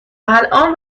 الان